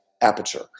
aperture